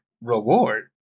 reward